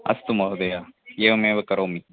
अस्तु महोदय एवमेव करोमि